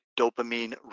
dopamine